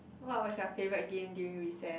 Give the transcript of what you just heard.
what was your favorite game during recess